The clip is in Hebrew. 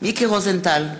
מיקי רוזנטל,